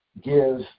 give